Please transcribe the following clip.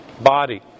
body